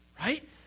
Right